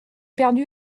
perdu